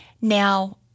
Now